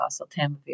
oseltamivir